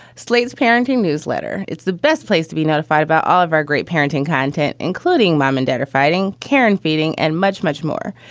slade's parenting newsletter. it's the best place to be notified about all of our great parenting content, including mom and dad are fighting, care, and feeding and much, much more.